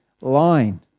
line